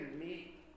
meet